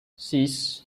six